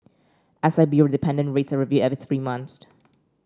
S I B O dependent rates are reviewed every three months